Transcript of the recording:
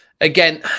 again